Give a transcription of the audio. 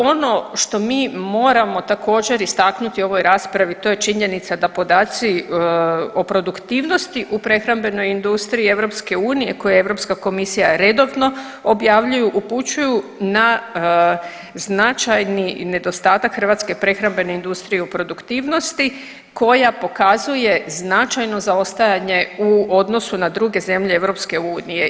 Ono što mi moramo također istaknuti u ovoj raspravi to je činjenica da podaci o produktivnosti u prehrambenoj industriji EU koje Europska komisija redovno objavljuju upućuju na značajni nedostatak hrvatske prehrambene industrije u produktivnosti koja pokazuje značajno zaostajanje u odnosu na druge zemlje EU.